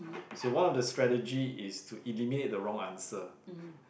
so one of the strategy is to eliminate the wrong answer